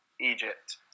Egypt